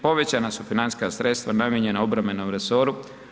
Povećana su financijska sredstva namijenjena obrambenom resoru.